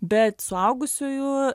be suaugusiųjų